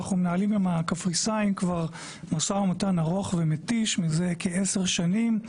אנחנו מנהלים עם הקפריסאים כבר משא ומתן ארוך ומתיש מזה כעשר שנים.